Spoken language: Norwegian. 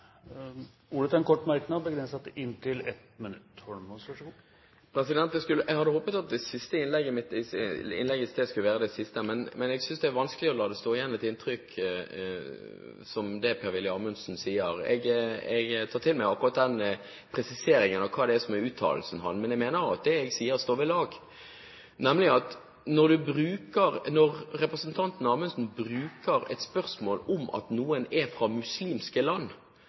ordet to ganger tidligere og får ordet til en kort merknad, begrenset til 1 minutt. Jeg hadde håpet at innlegget mitt i stad skulle vært mitt siste, men jeg synes det er vanskelig å la det stå igjen et slikt inntrykk som det Per-Willy Amundsen etterlater. Jeg tar til meg akkurat presiseringen av uttalelsen hans, men jeg mener at det jeg sier, står ved lag, nemlig at når representanten Amundsen bruker det at noen er fra muslimske land,